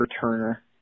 Turner